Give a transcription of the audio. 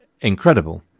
incredible